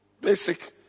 Basic